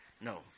No